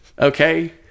Okay